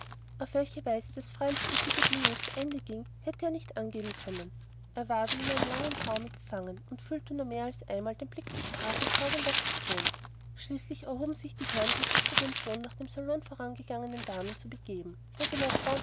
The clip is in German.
auf welche weise das feierliche üppige diner zu ende ging hätte er nicht angeben können er war wie in langem traume befangen und fühlte nur mehr als einmal den blick des grafen fragend auf sich ruhen schließlich erhoben sich die herren um sich zu den schon nach dem salon vorangegangenen damen zu begeben wo sie lord